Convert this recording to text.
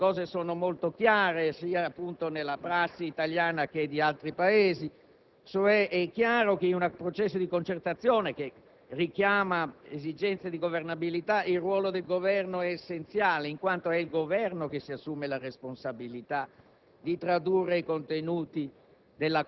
questione è molto chiara, sia nella prassi italiana che in quella di altri Paesi: è evidente che in un processo di concertazione, che richiama esigenze di governabilità, il ruolo dell'Esecutivo è essenziale, in quanto è il Governo che si assume la responsabilità di tradurre i contenuti